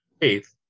faith